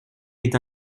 est